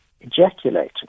ejaculating